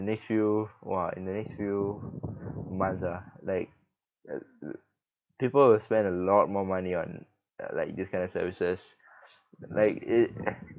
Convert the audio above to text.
next few !wah! in the next few months ah like people will spend a lot more money on like this kind of services like it